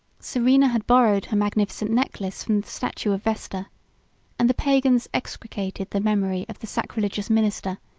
serena had borrowed her magnificent necklace from the statue of vesta and the pagans execrated the memory of the sacrilegious minister,